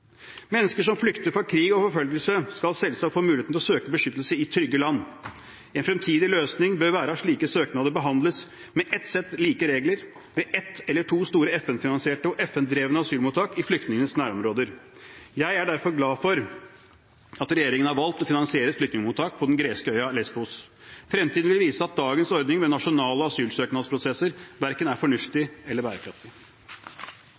Mennesker som flykter fra krig og forfølgelse, skal selvsagt få muligheten til å søke beskyttelse i trygge land. En fremtidig løsning bør være at slike søknader behandles med ett sett like regler ved ett eller to store FN-finansierte og FN-drevne asylmottak i flyktningenes nærområder. Jeg er derfor glad for at regjeringen har valgt å finansiere et flyktningmottak på den greske øya Lesbos. Fremtiden vil vise at dagens ordning med nasjonale asylsøknadsprosesser verken er fornuftig eller bærekraftig.